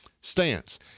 stance